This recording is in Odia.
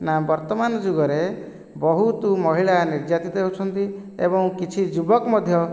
ନା ବର୍ତ୍ତମାନ ଯୁଗରେ ବହୁତ ମହିଳା ନିର୍ଯାତିତ ହେଉଛନ୍ତି ଏବଂ କିଛି ଯୁବକ ମଧ୍ୟ